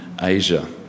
Asia